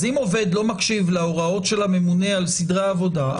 אז אם עובד לא מקשיב להוראות של הממונה על סדרי העבודה,